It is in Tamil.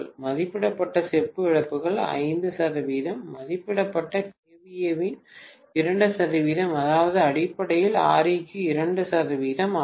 மதிப்பிடப்பட்ட செப்பு இழப்புகள் 5 மதிப்பிடப்பட்ட KVA வின் 2 அதாவது அடிப்படையில் Req 2 ஆகும்